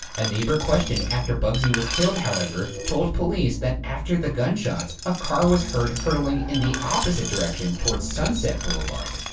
a neighbor questioned after bugsy was killed, however, told police that after the gunshots, a car was heard hurdling in the opposite direction toward sunset boulevard.